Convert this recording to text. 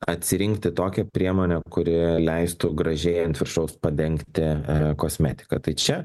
atsirinkti tokią priemonę kuri leistų gražiai ant viršaus padengti kosmetiką tai čia